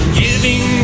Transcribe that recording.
giving